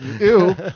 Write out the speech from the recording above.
Ew